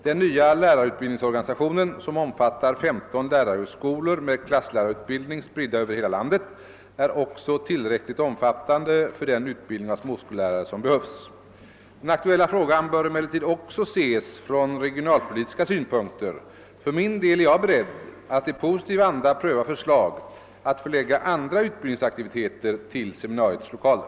Den nya lärarutbildningsorganisationen — som omfattar 15 lärarhögskolor med klasslärarutbildning spridda över hela landet — är också tillräckligt omfattande för den utbildning av småskollärare som behövs. Den aktuella frågan bör emellertid också ses från regionalpolitiska synpunkter. För min del är jag beredd att i positiv anda pröva förslag att förlägga andra utbildningsaktiviteter till seminariets lokaler.